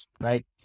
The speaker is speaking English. right